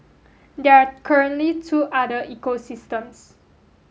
there are currently two other ecosystems